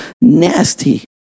nasty